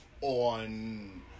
on